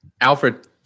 Alfred